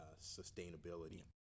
sustainability